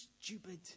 stupid